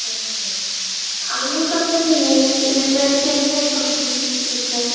अच्छा आणू शकता तुम्ही रिपेर केले जाईल तुमची मिक्सर